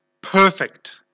perfect